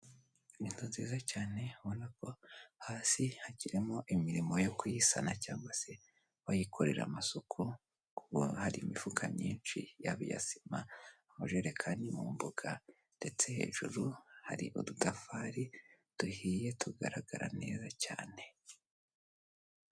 Inzu nziza cyane ubona ko hasi hakirimo imirimo yo kuyisana cyangwa se bakayikorera amasuku, kuko hari imifuka myinshi yaba iya sima, amajerekani mu mbuga ndetse hejuru hari udutafari duhiye tugaragara neza cyane.